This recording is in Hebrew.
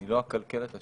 אני לא אקלקל את השורה,